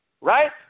right